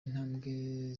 intambwe